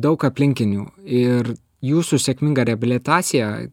daug aplinkinių ir jūsų sėkminga reabilitacija